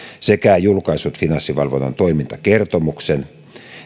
sekä julkaissut finanssivalvonnan toimintakertomuksen